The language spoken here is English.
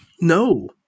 No